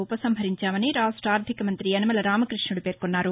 ఉపసంహరించామని రాష్ట్ర ఆర్థిక మంత్రి యనమల రామకృష్ణుడు పేర్కొన్నారు